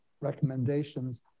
recommendations